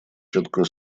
четкую